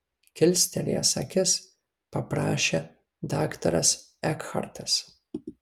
kilstelėjęs akis paprašė daktaras ekhartas